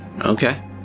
Okay